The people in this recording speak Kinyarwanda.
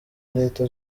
leta